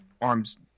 arms